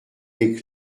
les